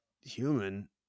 human